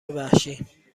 وحشی